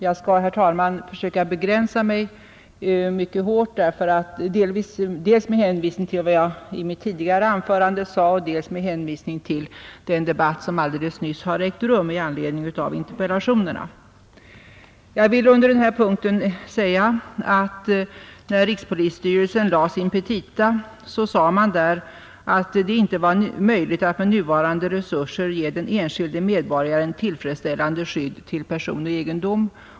Jag skall, herr talman, försöka begränsa mig mycket hårt i detta anförande, dels med hänvisning till vad jag i mitt tidigare anförande sagt, dels med hänvisning till den debatt som alldeles nyss har ägt rum i anledning av interpellationerna. Jag vill under denna punkt framhålla att det i rikspolisstyrelsens petita hävdades att det inte vore möjligt att med nuvarande resurser ge den enskilde medborgaren ett tillfredsställande skydd till person och egendom.